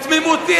בתמימותי,